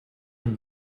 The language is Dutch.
een